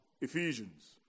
Ephesians